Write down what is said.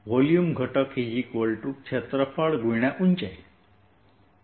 volume ઘટક એ ક્ષેત્રફળ x ઉંચાઇ છે